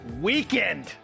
weekend